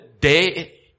day